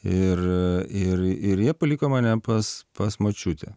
ir ir ir jie paliko mane pas pas močiutę